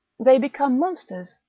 they become monsters,